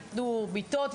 ייתנו מיטות,